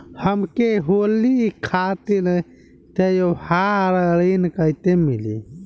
हमके होली खातिर त्योहारी ऋण कइसे मीली?